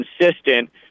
consistent